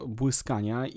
błyskania